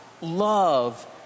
love